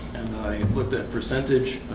i looked at percentage